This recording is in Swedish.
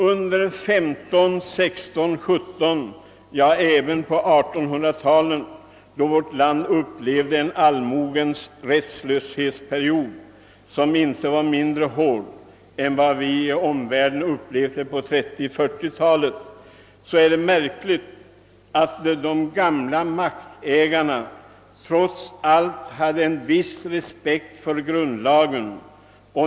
Under 15-, 16 och 1700-talen, ja även på 1800-talet, då vårt land upplevde en allmogens rättslöshetsperiod, som inte var mindre hård än vi i omvärlden upplevde på 1930—40-talen, är det märkligt, att de gamla maktägarna trots allt hade en viss respekt för grundlagen.